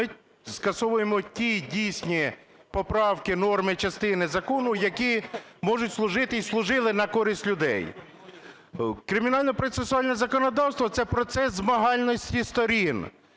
ми скасовуємо ті дійсні поправки, норми, частини закону, які можуть служити і служили на користь людей. Кримінально-процесуальне законодавство – це процес змагальності сторін.